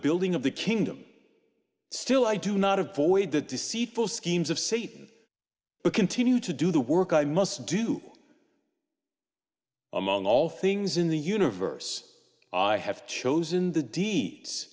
building of the kingdom still i do not avoid the deceitful schemes of satan but continue to do the work i must do among all things in the universe i have chosen the dee